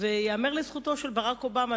וייאמר לזכותו של ברק אובמה,